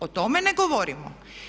O tome ne govorimo.